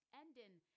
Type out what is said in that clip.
ending